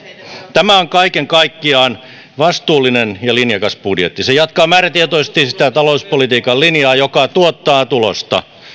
tämä on kaiken kaikkiaan vastuullinen ja linjakas budjetti se jatkaa määrätietoisesti sitä talouspolitiikan linjaa joka tuottaa tulosta